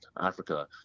Africa